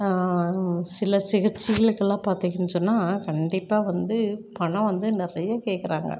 சில சிகிச்சைகளுக்கெல்லாம் பார்த்தீங்கன்னு சொன்னால் கண்டிப்பாக வந்து பணம் வந்து நிறைய கேக்கிறாங்க